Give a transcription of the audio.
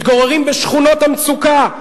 מתגוררים בשכונות המצוקה,